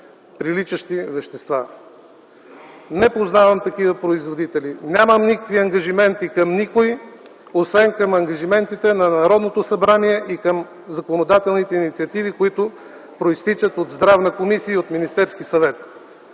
приличащи вещества. Не познавам такива производители. Нямам никакви ангажименти към никой, освен ангажиментите към Народното събрание и към законодателните инициативи, които произтичат от Комисията по здравеопазването и от Министерския съвет.